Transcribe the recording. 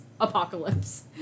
Apocalypse